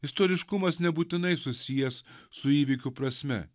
istoriškumas nebūtinai susijęs su įvykių prasme